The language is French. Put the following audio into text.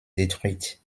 détruite